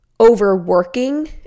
overworking